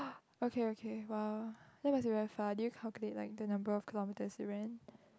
okay okay !wow! that must be very far did you calculate like the number of kilometers you ran